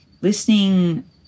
listening